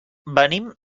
venim